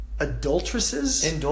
Adulteresses